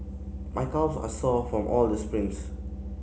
my calves are sore from all the sprints